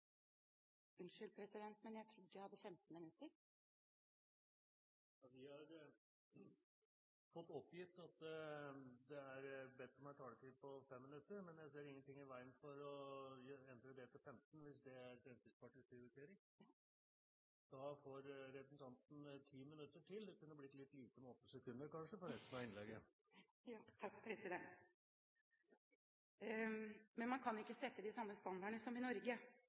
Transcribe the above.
Unnskyld, president, men jeg trodde jeg hadde 15 minutter? Vi har fått oppgitt at det er bedt om en taletid på 5 minutter, men jeg ser ingen ting i veien for å endre det til 15 minutter hvis det er Fremskrittspartiets prioritering. – Da får representanten Woldseth 10 minutter til. Det kunne kanskje blitt litt lite med 8 sekunder for resten av innlegget? Ja! Takk, president. Man kan ikke sette de samme standardene som i Norge